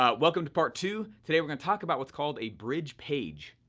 ah welcome to part two, today we're going to talk about what's called a bridge page.